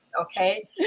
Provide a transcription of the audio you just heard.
Okay